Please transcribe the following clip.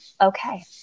okay